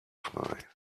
frei